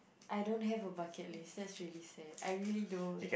I don't have a bucket list that's really sad I really don't